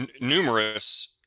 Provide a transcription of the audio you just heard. numerous